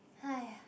!haiya!